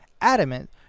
adamant